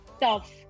tough